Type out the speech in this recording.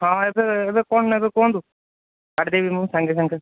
ହଁ ଏବେ ଏବେ କ'ଣ ନେବେ କୁହନ୍ତୁ କାଢ଼ିଦେବି ମୁଁ ସାଙ୍ଗେ ସାଙ୍ଗେ